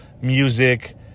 music